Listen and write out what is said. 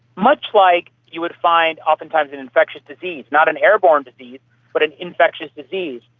much like you would find oftentimes in infectious disease, not an airborne disease but an infectious disease.